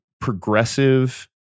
progressive